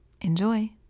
Enjoy